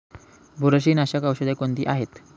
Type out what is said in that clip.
बुरशीनाशक औषधे कोणती आहेत?